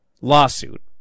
lawsuit